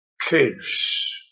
kids